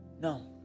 No